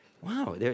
Wow